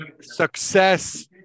success